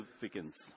significance